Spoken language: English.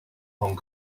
hong